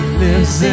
lives